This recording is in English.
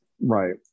Right